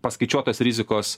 paskaičiuotos rizikos